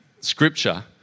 Scripture